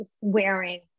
wearing